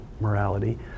morality